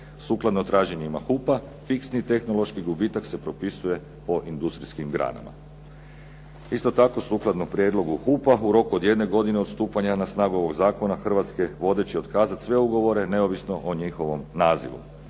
Sukladno traženjima HUP-a fiksni tehnološki gubitak se propisuje po industrijskim granama. Isto tako sukladno prijedlogu HUP-a u roku od jedne godine od stupanja na snagu ovoga zakona "Hrvatske vode" će otkazati sve ugovore neovisno o njihovom nazivu